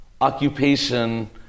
occupation